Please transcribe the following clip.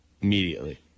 Immediately